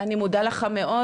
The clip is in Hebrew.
אני מודה לך מאוד.